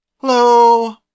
Hello